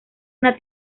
una